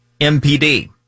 MPD